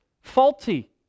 faulty